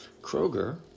Kroger